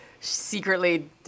secretly